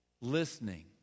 listening